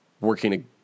working